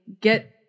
get